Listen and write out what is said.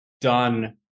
done